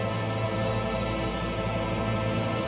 or